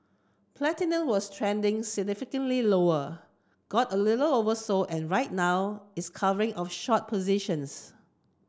platinum was trending significantly lower got a little oversold and right now it's covering of short positions